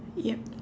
yup